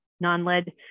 non-lead